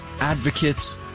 advocates